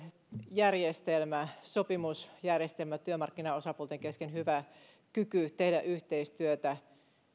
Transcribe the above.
järjestelmä sopimusjärjestelmä työmarkkinaosapuolten kesken hyvä kyky tehdä yhteistyötä